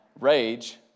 rage